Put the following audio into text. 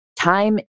time